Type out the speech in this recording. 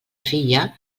filla